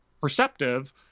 perceptive